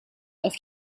auf